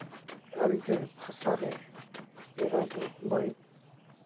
ᱟᱹᱨᱤᱪᱟᱹᱞᱤ ᱵᱷᱟᱥᱟ ᱨᱮ ᱡᱮ ᱟᱵᱚᱣᱟᱜ ᱵᱟᱹᱲᱤᱡ